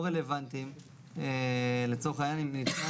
חלוקת התוספת הריאלית לצורך חישוב תקרות הצריכה